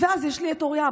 ואז יש לי את אוריה,